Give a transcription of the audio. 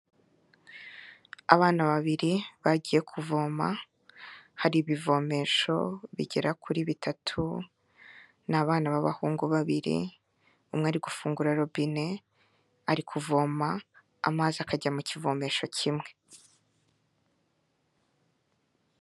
Abana babiri bagiye kuvoma, hari ibivomesho bigera kuri bitatu. Ni abana b'abahungu babiri, umwe ari gufungura robine ari kuvoma amazi akajya mu kivomesho kimwe.